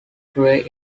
grey